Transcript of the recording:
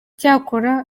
cyakora